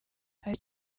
hari